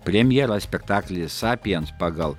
premjera spektaklis sapiens pagal